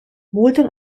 multon